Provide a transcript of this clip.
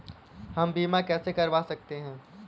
हम बीमा कैसे करवा सकते हैं?